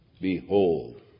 Behold